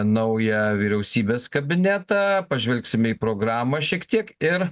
naują vyriausybės kabinetą pažvelgsime į programą šiek tiek ir